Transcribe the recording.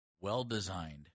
well-designed